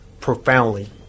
profoundly